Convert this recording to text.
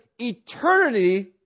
eternity